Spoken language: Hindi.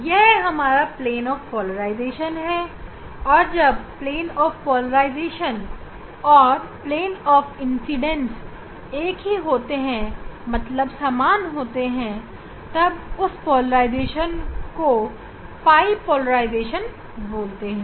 यह हमारा पोलराइजेशन का प्लेन है और जब पोलराइजेशन और इंसिडेंट के प्लेन एक ही होते हैं मतलब समान होते हैं तब उस पोलराइजेशन को पाई पोलराइजेशन बोलते हैं